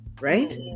right